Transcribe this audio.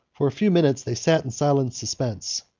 for a few minutes they sat in silent suspense,